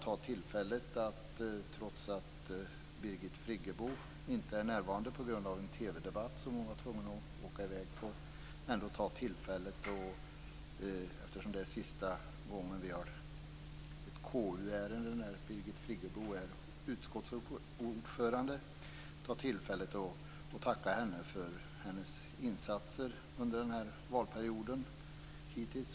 Trots att Birgit Friggebo inte är närvarande på grund av en TV-debatt som hon var tvungen att delta i, vill jag ändå ta tillfället i akt - eftersom det är sista gången med ett KU tacka henne för hennes insatser under valperioden.